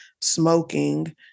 smoking